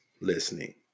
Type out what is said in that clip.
listening